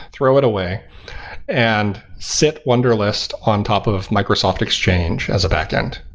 throw it away and sit wunderlist on top of microsoft exchange as a backend.